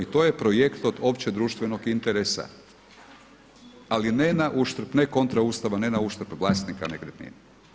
I to je projekt od općeg društvenog interesa ali ne na uštrb, ne kontra Ustava, ne na uštrb vlasnika nekretnina.